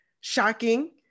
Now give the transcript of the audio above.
shocking